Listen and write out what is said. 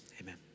Amen